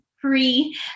free